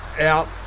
out